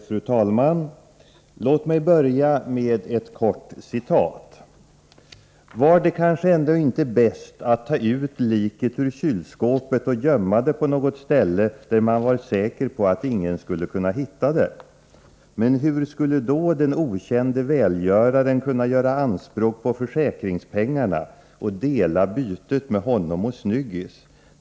Fru talman! Låt mig börja med ett kort citat: ”Var det kanske ändå inte bäst att ta ut liket ur kylskåpet och gömma det på något ställe där man var säker på att ingen skulle kunna hitta det? Men hur skulle då den okände välgöraren kunna göra anspråk på försäkringspengarna och dela bytet med honom och Snyggis?